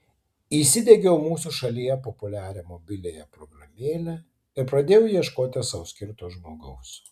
įsidiegiau mūsų šalyje populiarią mobiliąją programėlę ir pradėjau ieškoti sau skirto žmogaus